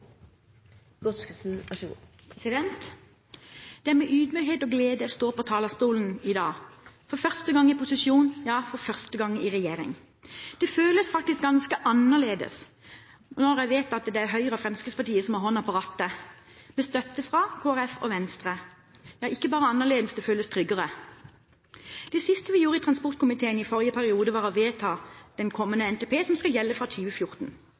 kveld, for så kanskje å svare på e-post etter klokka ni, ikkje skal vere ein lovbrytar, er ikkje det å flytte makt opp, det er å flytte makt ned – der ho høyrer heime. Det er med ydmykhet og glede jeg står på talerstolen i dag, for første gang i posisjon, ja, for første gang i regjering. Det føles faktisk ganske annerledes når jeg vet at det er Høyre og Fremskrittspartiet som har hånden på rattet, med støtte fra Kristelig Folkeparti og Venstre – ja, ikke bare annerledes,